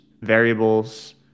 variables